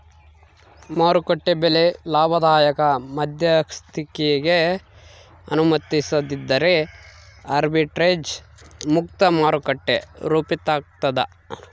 ಮಾರುಕಟ್ಟೆ ಬೆಲೆ ಲಾಭದಾಯಕ ಮಧ್ಯಸ್ಥಿಕಿಗೆ ಅನುಮತಿಸದಿದ್ದರೆ ಆರ್ಬಿಟ್ರೇಜ್ ಮುಕ್ತ ಮಾರುಕಟ್ಟೆ ರೂಪಿತಾಗ್ತದ